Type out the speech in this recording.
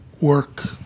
work